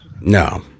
No